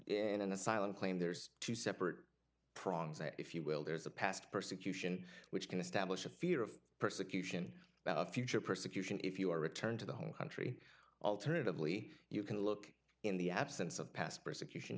in an asylum claim there's two separate prongs and if you will there's a past persecution which can establish a fear of persecution about a future persecution if you are returned to the home country alternatively you can look in the absence of past persecution